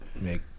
make